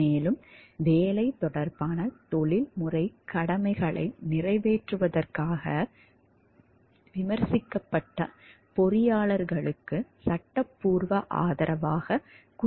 மேலும் வேலை தொடர்பான தொழில்முறைக் கடமைகளை நிறைவேற்றுவதற்காக விமர்சிக்கப்பட்ட பொறியாளர்களுக்கு சட்டப்பூர்வ ஆதரவாக குறியீடுகள் செயல்படும்